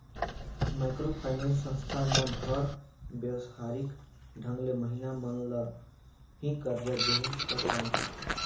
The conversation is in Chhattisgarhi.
माइक्रो फाइनेंस संस्था मन हर बेवहारिक ढंग ले महिला मन ल ही करजा देहे कर काम करथे